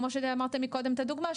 כמו שנתתם מקודם את הדוגמה,